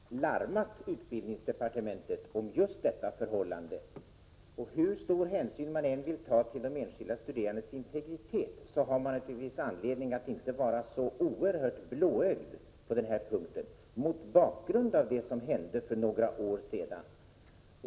Fru talman! Av tidningsuppgifter att döma har UHÄ larmat utbildningsdepartementet om just detta förhållande. Och hur stor hänsyn man än vill ta till de enskilda studerandes integritet, så har man naturligtvis anledning att inte vara så oerhört blåögd på den här punkten — mot bakgrund av det som hände för några år sedan.